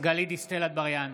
גלית דיסטל אטבריאן,